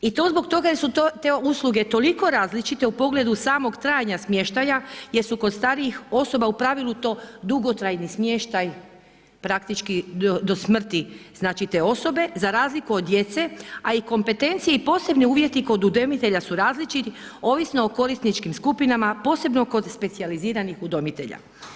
I to zbog toga jer su te usluge toliko različite u pogledu samog trajanja smještaja, jer su kod starijih osoba u pravilu to dugotrajni smještaj, praktički do smrti te osobe, za razliku od djece, a i kompetencije i posebne uvjeti kod udomitelja su različiti, ovisno o korisničkim skupinama, posebno kod specijaliziranih udomitelja.